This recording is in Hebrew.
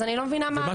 אז אני לא מבינה מה?